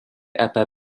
apie